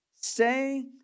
say